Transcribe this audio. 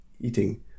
eating